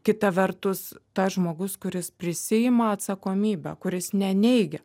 kita vertus tas žmogus kuris prisiima atsakomybę kuris neneigia